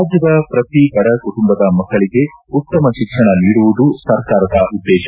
ರಾಜ್ಯದ ಪ್ರತಿ ಬಡ ಕುಟುಂಬದ ಮಕ್ಕಳಿಗೆ ಉತ್ತಮ ಶಿಕ್ಷಣ ನೀಡುವುದು ಸರ್ಕಾರದ ಉದ್ದೇಶ